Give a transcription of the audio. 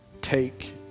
take